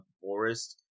forest